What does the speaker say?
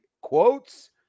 quotes